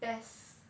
best